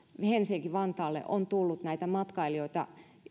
helsinki vantaalle on tullut näitä matkailijoita